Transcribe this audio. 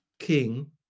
king